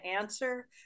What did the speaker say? answer